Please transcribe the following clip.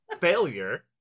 failure